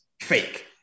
fake